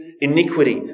iniquity